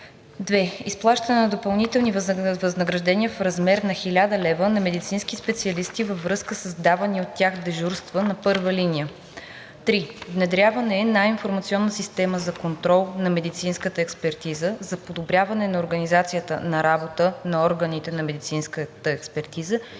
2. изплащане на допълнителни възнаграждения в размер на 1000 лв. на медицински специалисти във връзка с давани от тях дежурства на първа линия; 3. внедряване на Информационна система за контрол на медицинската експертиза, за подобряване на организацията на работа на органите на медицинската експертиза и осигуряване